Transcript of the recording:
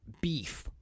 beef